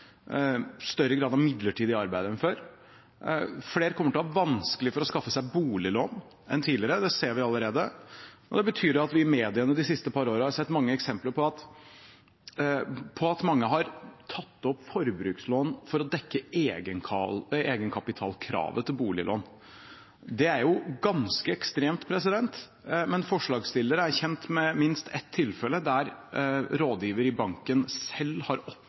større grad av midlertidig arbeid enn før. Flere kommer til å ha vanskelig for å skaffe seg boliglån enn tidligere, det ser vi allerede, og i mediene de siste par årene har vi sett mange eksempler på at man har tatt opp forbrukslån for å dekke egenkapitalkravet til boliglån. Det er jo ganske ekstremt, men forslagsstilleren er kjent med minst ett tilfelle der rådgiveren i banken selv har